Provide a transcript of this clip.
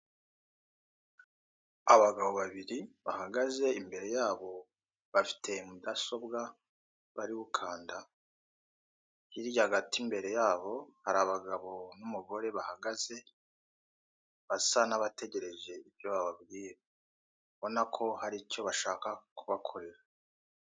Abagabo babiri bahagaze, imbere yabo bafite mudasobwa bari gukanda. Hirya hagati imbere yabo hari abagabo n'umugore bahagaze, basa n'abategereje ibyo bababwiye. Ubona ko hari icyo bashaka kubakorera.